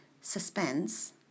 suspense